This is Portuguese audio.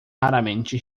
raramente